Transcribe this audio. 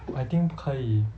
I think 可以